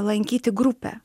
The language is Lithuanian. lankyti grupę